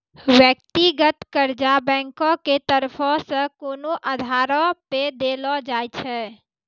व्यक्तिगत कर्जा बैंको के तरफो से कोनो आधारो पे देलो जाय छै